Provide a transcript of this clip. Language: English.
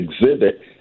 exhibit